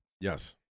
Yes